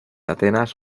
atenas